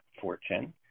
fortune